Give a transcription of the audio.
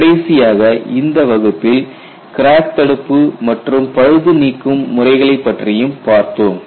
கடைசியாக இந்த வகுப்பில் கிராக் தடுப்பு மற்றும் பழுது நீக்கும் முறைகளைப் பற்றி பார்த்தோம்